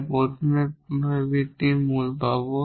তাই প্রথমে এই রিপিটেড রুট হবে